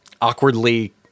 Awkwardly